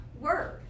word